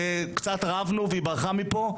וקצת רבנו והיא ברחה מפה,